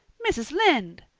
mrs. lynde!